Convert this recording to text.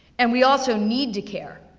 and we also need to care,